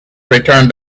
returned